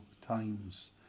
times